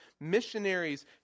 missionaries